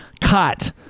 cut